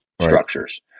structures